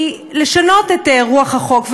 היא לשנות את רוח החוק,